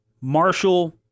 Marshall